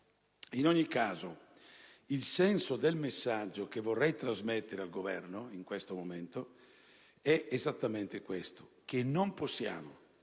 In ogni caso, il senso del messaggio che vorrei trasmettere al Governo, in questo momento è esattamente questo: non possiamo